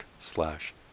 slash